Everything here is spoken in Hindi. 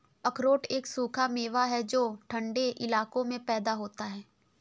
अखरोट एक सूखा मेवा है जो ठन्डे इलाकों में पैदा होता है